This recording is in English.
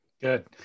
Good